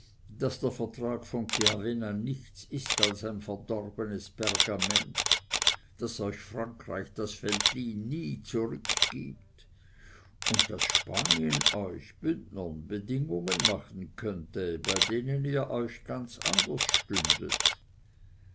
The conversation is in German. daß der vertrag von chiavenna nichts ist als ein verdorbenes pergament daß euch frankreich das veltlin nie zurückgibt und daß spanien euch bündnern bedingungen machen könnte bei denen ihr euch ganz anders stündet